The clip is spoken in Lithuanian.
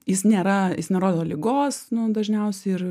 jis nėra jis nerodo ligos dažniausiai ir